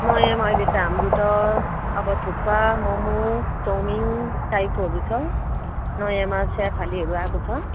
नयाँमा अहिले त हाम्रो त अब थुक्पा मोमो चाउमिन टाइपोहरू छ नयाँमा स्याफालेहरू आएको छ